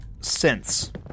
synths